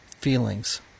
feelings